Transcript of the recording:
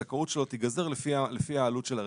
למשל: